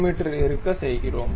me இருக்க செய்கிறோம்